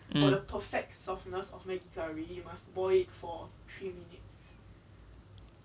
(uh huh)